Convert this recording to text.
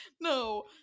no